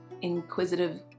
inquisitive